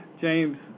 James